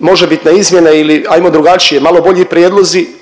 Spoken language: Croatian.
možebitne izmjene ili ajmo drugačije, malo bolji prijedlozi